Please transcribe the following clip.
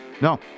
no